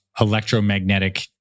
electromagnetic